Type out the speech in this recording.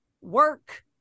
work